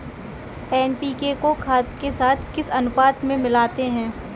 NPK को खाद के साथ किस अनुपात में मिलाते हैं?